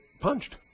punched